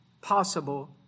possible